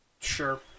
Sure